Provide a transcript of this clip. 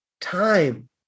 time